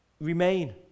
remain